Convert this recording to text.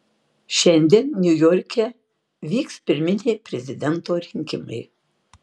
šiandien niujorke vyks pirminiai prezidento rinkimai